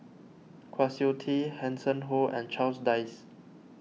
Kwa Siew Tee Hanson Ho and Charles Dyce